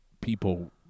people